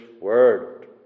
word